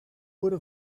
would